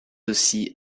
aussi